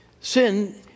Sin